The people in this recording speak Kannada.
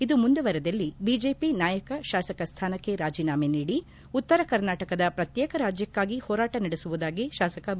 ಇದು ಮುಂದುವರೆದಲ್ಲಿ ಶಾಸಕ ಸ್ಯಾನಕ್ಕೆ ರಾಜೀನಾಮೆ ನೀಡಿ ಉತ್ತರ ಕರ್ನಾಟಕದ ಪ್ರತ್ಯೇಕ ರಾಜ್ಞಕಾಗಿ ಹೋರಾಟ ನಡೆಸುವುದಾಗಿ ಶಾಸಕ ಬಿ